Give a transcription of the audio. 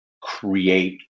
create